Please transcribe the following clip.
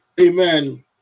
amen